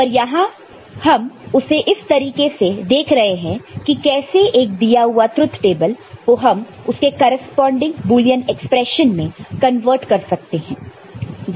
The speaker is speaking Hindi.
पर यहां हम उसे इस तरीके से देख रहे हैं कि कैसे एक दिया हुआ ट्रुथ टेबल को हम उसके करेस्पॉन्डिंग बुलियन एक्सप्रेशन में कन्वर्ट कर सकते हैं